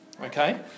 Okay